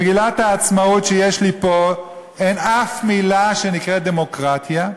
במגילת העצמאות שיש לי פה אין אף מילה שנקראת "דמוקרטיה"